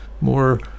more